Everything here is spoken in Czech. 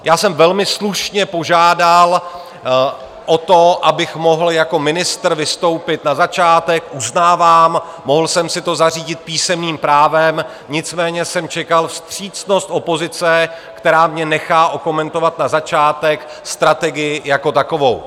Já jsem velmi slušně požádal o to, abych mohl jako ministr vystoupit na začátek uznávám, mohl jsem si to zařídit písemným právem, nicméně jsem čekal vstřícnost opozice, která mě nechá okomentovat na začátek strategii jako takovou.